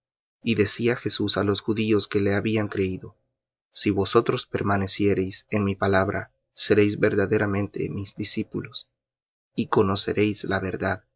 y decía jesús á los judíos que le habían creído si vosotros permaneciereis en mi palabra seréis verdaderamente mis discípulos y conoceréis la verdad